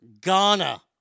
Ghana